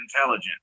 intelligent